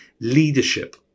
leadership